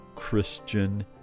Christian